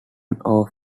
off